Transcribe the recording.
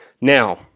Now